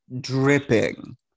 dripping